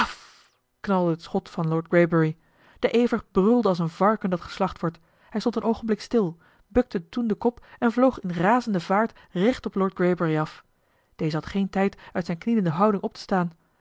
knalde het schot van lord greybury de ever brulde als een varken dat geslacht wordt hij stond een oogenblik stil bukte toen den kop en vloog in razende vaart recht op lord greybury af deze had geen tijd uit zijne knielende houding op te staan